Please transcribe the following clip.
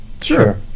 Sure